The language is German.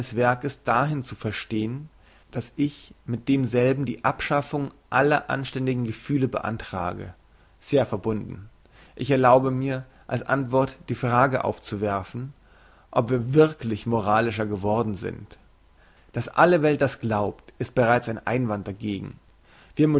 werks dahin zu verstehn dass ich mit demselben die abschaffung aller anständigen gefühle beantragte sehr verbunden ich erlaube mir als antwort die frage aufzuwerfen ob wir wirklich moralischer geworden sind dass alle welt das glaubt ist bereits ein einwand dagegen wir